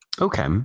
Okay